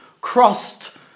crossed